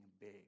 big